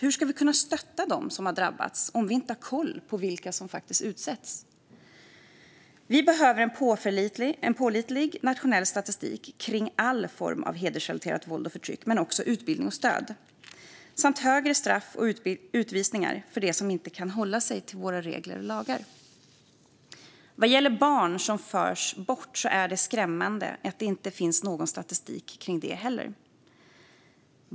Hur ska vi kunna stötta dem som har drabbats om vi inte har koll på vilka som faktiskt utsätts? Vi behöver en pålitlig nationell statistik kring all form av hedersrelaterat våld och förtryck, men vi behöver också utbildning och stöd samt hårdare straff och utvisningar för dem som inte kan hålla sig till våra regler och lagar. Vad gäller barn som förs bort är det skrämmande att det inte finns någon statistik kring det heller.